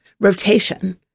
rotation